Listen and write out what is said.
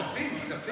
כספים, כספים.